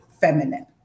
feminine